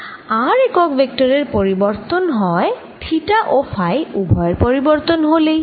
r একক vector এর পরিবর্তন হয় থিটা ও ফাই উভয়ের পরিবর্তন হলেই